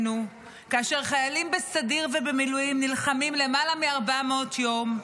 כאשר חיילים בסדיר ובמילואים נלחמים למעלה מ-400 יום,